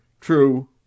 TRUE